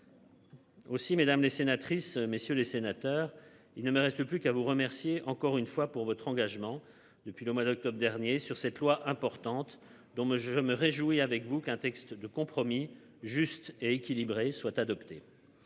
Aussi mesdames les sénatrices messieurs les sénateurs. Il ne me reste plus qu'à vous remercier encore une fois, pour votre engagement. Depuis le mois d'octobre dernier sur cette loi importante donc je me réjouis avec vous qu'un texte de compromis juste et équilibré soit adoptée.